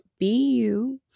BU